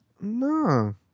No